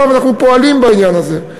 אנחנו פועלים בעניין הזה.